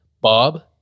Bob